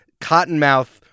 Cottonmouth